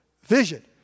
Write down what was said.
vision